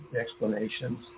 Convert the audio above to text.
explanations